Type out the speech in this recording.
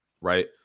right